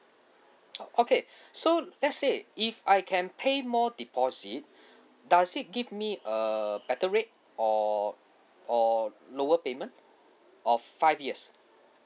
oh okay so let's say if I can pay more deposit does it give me a better rate or or lower payment of five years